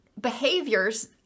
behaviors